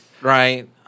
right